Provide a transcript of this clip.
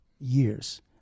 years